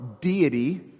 deity